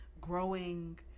Growing